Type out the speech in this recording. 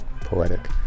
poetic